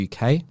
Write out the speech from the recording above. UK